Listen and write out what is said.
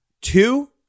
two